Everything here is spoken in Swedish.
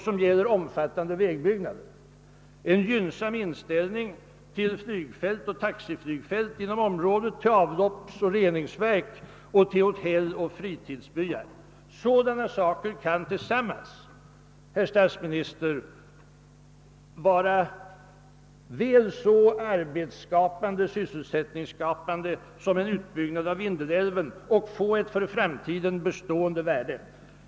De gäller omfattande vägbyggnader, en gynnsam inställning till flygfält och taxiflygfält inom området, till avlopp och reningsverk, till hotell och fritidsbyar. Sådana saker kan tillsammans, herr statsminister, vara väl så sysselsättningsskapande som en utbyggnad av Vindelälven och få ett för framtiden bestående värde.